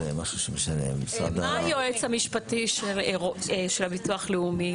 מה טוען היועץ המשפטי של ביטוח לאומי?